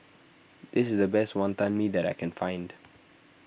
this is the best Wonton Mee that I can find